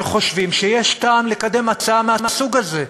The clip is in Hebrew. שחושבים שיש טעם לקדם הצעה מהסוג הזה.